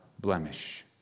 blemish